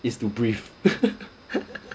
is to breathe